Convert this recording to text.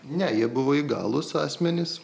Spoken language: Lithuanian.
ne jie buvo įgalūs asmenys